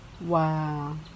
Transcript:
Wow